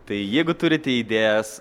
tai jeigu turite idėjas